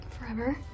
Forever